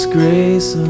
grace